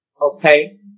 Okay